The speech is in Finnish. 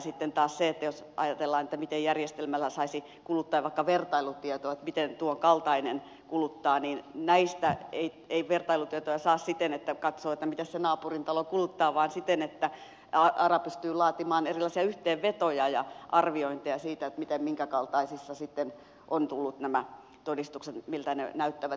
sitten taas jos ajatellaan miten järjestelmällä kuluttaja saisi vaikkapa vertailutietoa miten tuon kaltainen kuluttaa niin näistä ei vertailutietoja saa siten että katsoo että mitäs se naapurin talo kuluttaa vaan siten että ara pystyy laatimaan erilaisia yhteenvetoja ja arviointeja siitä minkä kaltaisissa taloissa ovat tulleet nämä todistukset miltä ne näyttävät